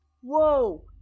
whoa